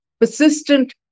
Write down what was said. Persistent